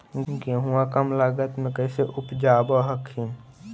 गेहुमा कम लागत मे कैसे उपजाब हखिन?